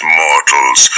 mortals